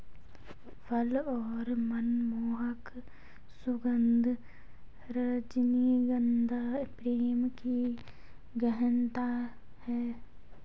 फल और मनमोहक सुगन्ध, रजनीगंधा प्रेम की गहनता है